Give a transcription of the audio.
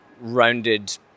rounded